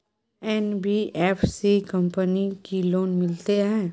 NBFC company की loan मिलते है?